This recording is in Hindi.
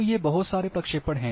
तो ये बहुत सारे प्रक्षेपण हैं